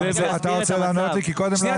אז תסביר לי שגם אני אבין.